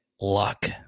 Luck